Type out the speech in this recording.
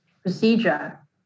procedure